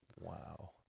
Wow